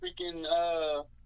freaking